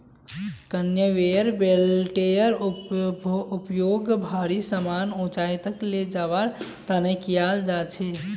conveyor बेल्टेर उपयोग भारी समान ऊंचाई तक ले जवार तने कियाल जा छे